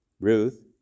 Ruth